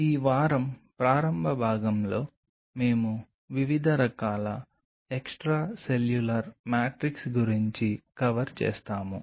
ఈ వారం ప్రారంభ భాగంలో మేము వివిధ రకాల ఎక్స్ట్రాసెల్యులర్ మ్యాట్రిక్స్ గురించి కవర్ చేస్తాము